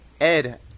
Ed